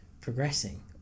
progressing